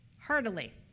heartily